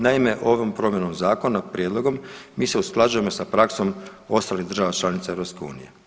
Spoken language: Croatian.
Naime, ovom promjenom zakona, prijedlogom mi se usklađujemo sa praksom ostalih država članica EU.